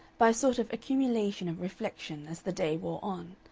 by sort of accumulation of reflection, as the day wore on.